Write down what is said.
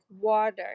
water